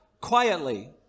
quietly